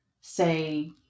say